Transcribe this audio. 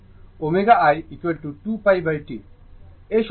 এই সম্পর্ক সবসময় ব্যবহার করা হয়